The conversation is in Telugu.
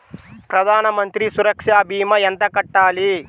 ప్రధాన మంత్రి సురక్ష భీమా ఎంత కట్టాలి?